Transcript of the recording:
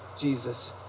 Jesus